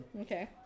Okay